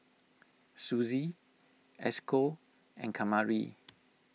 Suzy Esco and Kamari